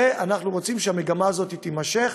ואנחנו רוצים שהמגמה הזאת תימשך,